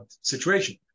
situation